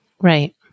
Right